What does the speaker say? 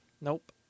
Nope